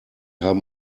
haben